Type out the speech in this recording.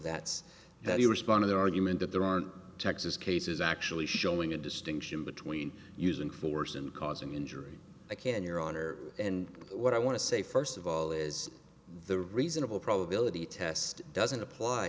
that's how you respond to the argument that there are texas cases actually showing a distinction between using force and causing injury i can your honor and what i want to say first of all is the reasonable probability test doesn't apply